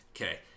Okay